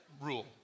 rule